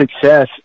success